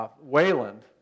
Wayland